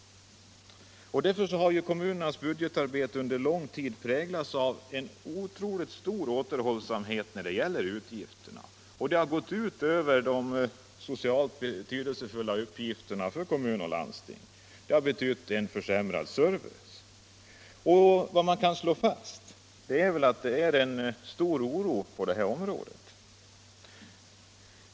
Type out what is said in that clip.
Därför har kommunernas budgetarbete under lång tid präglats av en otroligt stor återhållsamhet när det gäller utgifterna. Det har gått ut över kommunernas och landstingens socialt betydelsefulla uppgifter. Det har betytt en försämrad service. Man kan slå fast att oron är stor på detta område.